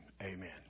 Amen